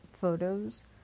photos